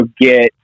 get